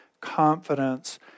confidence